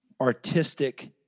artistic